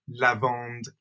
lavande